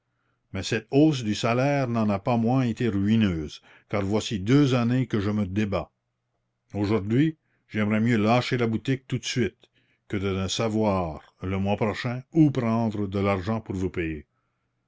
mais cette hausse du salaire n'en a pas moins été ruineuse car voici deux années que je me débats aujourd'hui j'aimerais mieux lâcher la boutique tout de suite que de ne savoir le mois prochain où prendre de l'argent pour vous payer